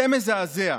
זה מזעזע,